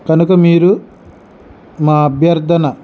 కనుక మీరు మా అభ్యర్థన